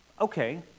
okay